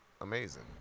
amazing